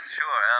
sure